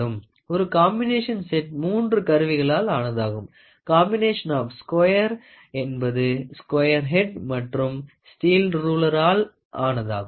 ஓரு combination set மூன்று கருவிகளால் ஆனதாகும் காம்பினேஷன் ஆப் ஸ்குயர் என்பது ஸ்குயர் ஹெட் மற்றும் ஸ்டீல் ரூளர்றாள் ஆனதாகும்